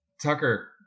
Tucker